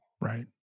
Right